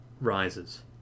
Rises